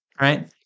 right